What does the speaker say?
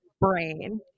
brain